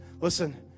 listen